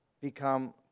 become